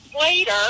later